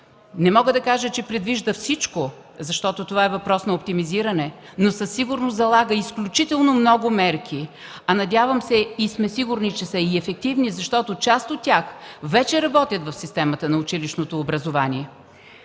Не мога да кажа, че предвижда всичко, защото това е въпрос на оптимизиране, но със сигурност залага изключително много мерки. Надявам се и съм сигурна, че са и ефективни, защото част от тях вече работят в системата на училищното образование.